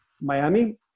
Miami